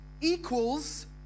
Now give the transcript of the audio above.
equals